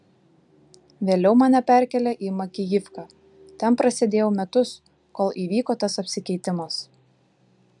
vėliau mane perkėlė į makijivką ten prasėdėjau metus kol įvyko tas apsikeitimas